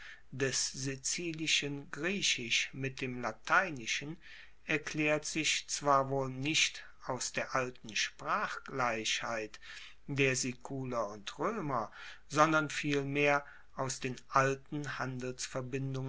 des sizilischen griechisch mit dem lateinischen erklaert sich zwar wohl nicht aus der alten sprachgleichheit der siculer und roemer sondern vielmehr aus den alten